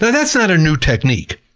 but that's not a new technique.